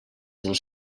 dels